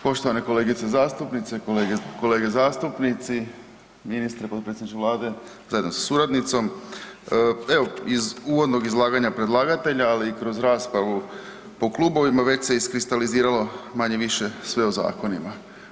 Poštovane kolegice zastupnice, kolege zastupnici, ministre, potpredsjedniče Vlade zajedno sa suradnicom, evo iz uvodnog izlaganja predlagatelja ali i kroz raspravu po klubovima već se iskristaliziralo manje-više sve o zakonima.